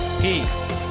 Peace